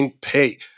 pay